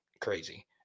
crazy